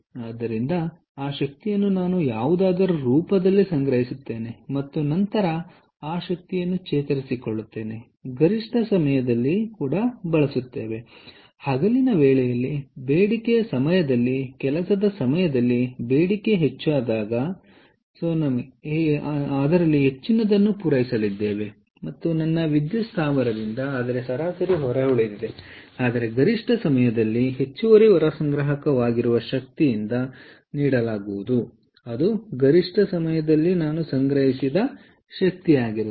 ಆದ್ದರಿಂದ ಆ ಶಕ್ತಿಯನ್ನು ನಾನು ಯಾವುದಾದರೂ ರೂಪದಲ್ಲಿ ಸಂಗ್ರಹಿಸುತ್ತೇನೆ ಮತ್ತು ನಂತರ ನಾವು ಆ ಶಕ್ತಿಯನ್ನು ಚೇತರಿಸಿಕೊಳ್ಳುತ್ತೇವೆ ಮತ್ತು ಗರಿಷ್ಠ ಸಮಯದಲ್ಲಿ ಬಳಸುತ್ತೇವೆ ಹಗಲಿನ ವೇಳೆಯಲ್ಲಿ ಬೇಡಿಕೆಯ ಸಮಯದಲ್ಲಿ ಕೆಲಸದ ಸಮಯದಲ್ಲಿ ಬೇಡಿಕೆ ಹೆಚ್ಚಾದಾಗ ಹೇಳುತ್ತೇನೆ ನಾನು ಅದರಲ್ಲಿ ಹೆಚ್ಚಿನದನ್ನು ಪೂರೈಸಲಿದ್ದೇನೆ ನನ್ನ ವಿದ್ಯುತ್ ಸ್ಥಾವರದಿಂದ ಆದರೆ ಸರಾಸರಿ ಹೊರೆ ಉಳಿದಿದೆ ಆದರೆ ಗರಿಷ್ಠ ಸಮಯದಲ್ಲಿ ಹೆಚ್ಚುವರಿ ಹೊರೆ ಸಂಗ್ರಹವಾಗಿರುವ ಶಕ್ತಿಯಿಂದ ನೀಡಲಾಗುವುದು ಅದು ಗರಿಷ್ಠ ಸಮಯದಲ್ಲಿ ನಾನು ಸಂಗ್ರಹಿಸಿದ ಶಕ್ತಿಯಾಗಿದೆ